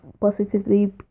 positively